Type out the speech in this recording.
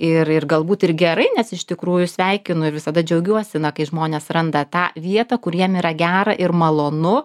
ir ir galbūt ir gerai nes iš tikrųjų sveikinu ir visada džiaugiuosi kai žmonės randa tą vietą kur jiem yra gera ir malonu